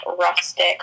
rustic